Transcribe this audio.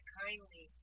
kindly